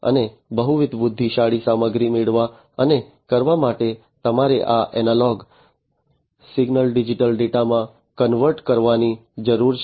અને બહુવિધ બુદ્ધિશાળી સામગ્રી મેળવવા અને કરવા માટે તમારે આ એનાલોગ સિગ્નલને ડિજિટલ ડેટામાં કન્વર્ટ કરવાની જરૂર છે